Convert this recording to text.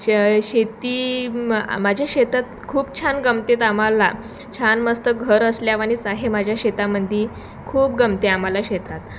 शे शेती म माझ्या शेतात खूप छान गमतेत आम्हाला छान मस्त घर असल्यावानीच आहे माझ्या शेतामध्ये खूप गमते आम्हाला शेतात